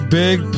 big